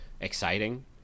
exciting